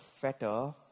fetter